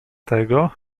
tego